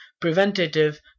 preventative